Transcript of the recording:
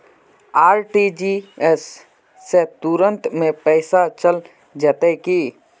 RTGS से तुरंत में पैसा चल जयते की?